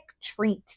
treat